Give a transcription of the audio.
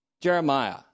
Jeremiah